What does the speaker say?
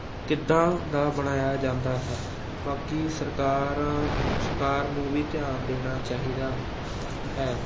ਕਿੱਦਾਂ ਦਾ ਬਣਾਇਆ ਜਾਂਦਾ ਹੈ ਬਾਕੀ ਸਰਕਾਰਾਂ ਸਰਕਾਰ ਨੂੰ ਵੀ ਧਿਆਨ ਦੇਣਾ ਚਾਹੀਦਾ ਹੈ